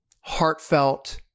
heartfelt